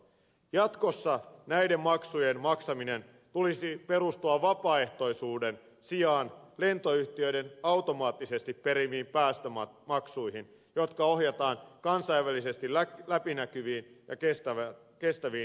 jatkossa näiden maksujen maksamisen tulisi perustua vapaaehtoisuuden sijaan lentoyhtiöiden automaattisesti perimiin päästömaksuihin jotka ohjataan kansainvälisesti läpinäkyviin ja kestäviin ilmastoprojekteihin